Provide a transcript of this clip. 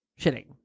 shitting